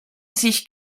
sich